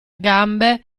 gambe